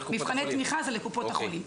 מבחני תמיכה זה לקופות החולים.